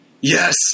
Yes